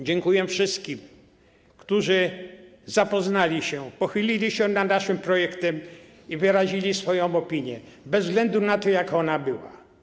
Dziękuję wszystkim, którzy zapoznali się z tym projektem, pochylili się nad naszym projektem i wyrazili swoją opinię, bez względu na to, jaka ona była.